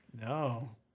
No